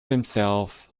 himself